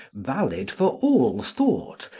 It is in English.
valid for all thought,